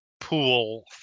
pool